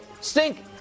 Stink